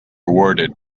awarded